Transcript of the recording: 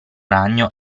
ragno